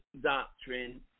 doctrine